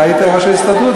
אתה היית ראש ההסתדרות.